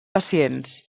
pacients